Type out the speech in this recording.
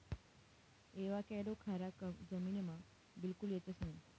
avocado खारा जमीनमा बिलकुल येतंस नयी